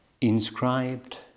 inscribed